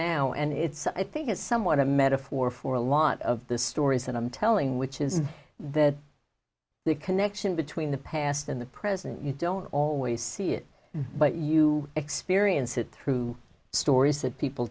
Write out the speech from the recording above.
now and it's i think it's somewhat a metaphor for a lot of the stories that i'm telling which is that the connection between the past and the present you don't always see it but you experience it through stories that people